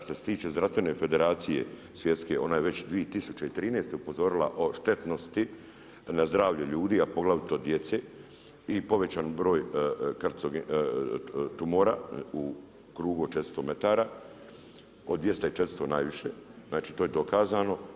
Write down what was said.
Što se tiče zdravstvene federacije svjetske, ona je već 2013. upozorila o štetnosti na zdravlje ljudi, a poglavito djece i povećani broj tumora u krugu od 400 metara, od 200 i 400 najviše, znači to je dokazano.